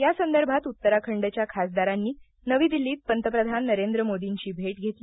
यासंदर्भात उत्तराखंडच्या खासदारांनी नवी दिल्लीत पंतप्रधान नरेंद्र मोदींची भेट घेतली